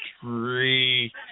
three